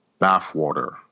Bathwater